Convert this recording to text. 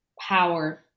power